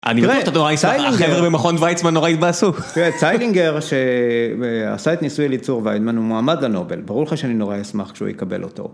חבר'ה במכון ויצמן נורא התבאסו. ציילינגר שעשה את ניסוי אליצור-ויידמן הוא מועמד לנובל, ברור לך שאני נורא אשמח כשהוא יקבל אותו.